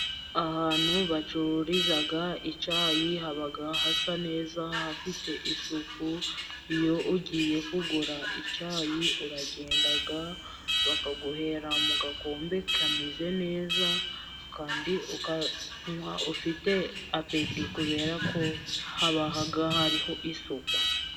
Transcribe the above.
Ahantu bacururiza icyayi, haba hasa neza, hafite isuku. Iyo ugiye kugura icyayi, uragenda, bakaguhera mu gakombe kameze neza, kandi ukanywa ufite apeti, kubera ko haba hari isuku.